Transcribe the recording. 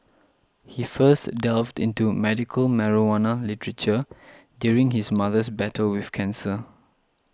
he first delved into medical marijuana literature during his mother's battle with cancer